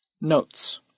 Notes